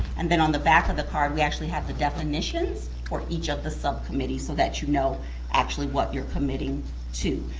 and then on the back of the card, we actually have the definitions for each of the subcommittees so that you know actually what you're committing to.